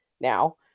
now